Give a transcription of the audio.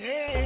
Hey